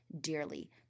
dearly